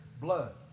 blood